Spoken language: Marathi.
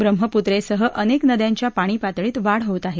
बह्मपुत्रेसह अनेक नद्यांच्या पाणी पातळीत वाढ होत आहे